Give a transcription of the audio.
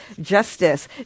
Justice